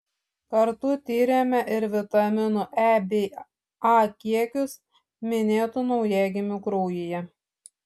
kartu tyrėme ir vitaminų e bei a kiekius minėtų naujagimių kraujyje